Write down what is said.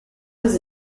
was